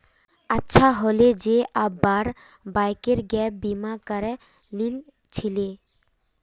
अच्छा हले जे अब्बार बाइकेर गैप बीमा करे लिल छिले